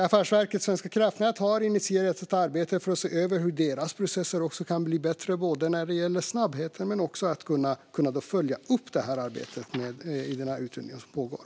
Affärsverket svenska kraftnät har initierat ett arbete för att se över hur deras processer kan bli bättre när det gäller snabbheten men också när det gäller att följa upp arbetet i utredningen som pågår.